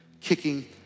kicking